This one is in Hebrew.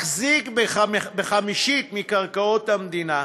מחזיק בחמישית מקרקעות המדינה,